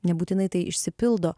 nebūtinai tai išsipildo